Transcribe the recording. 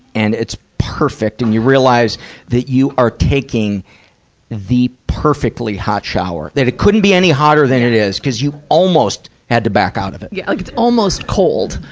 and it's perfect, and you realize that you are taking the perfectly hot shower. that it couldn't be any hotter than it is. cuz you almost had to back out of it. yeah, like it's almost cold.